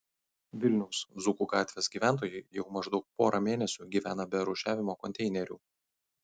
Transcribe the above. vilniaus dzūkų gatvės gyventojai jau maždaug porą mėnesių gyvena be rūšiavimo konteinerių